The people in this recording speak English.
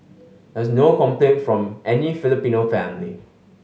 there was no complaint from any Filipino family